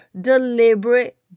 deliberate